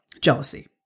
jealousy